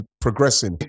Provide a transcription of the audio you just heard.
progressing